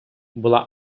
була